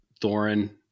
Thorin